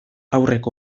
haurrek